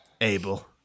Abel